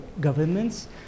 governments